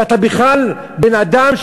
שאתה בכלל בן-אדם,